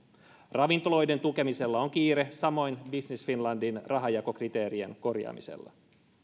ravintoloiden tukemisella on kiire samoin business finlandin rahanjakokriteerien korjaamisella